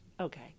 Okay